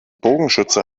bogenschütze